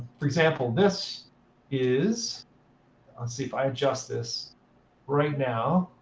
for example, this is let's see, if i adjust this right now,